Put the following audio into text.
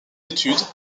étude